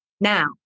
now